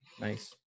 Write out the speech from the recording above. Nice